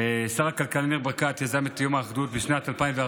שר הכלכלה ניר ברקת יזם את יום האחדות בשנת 2014